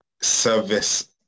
service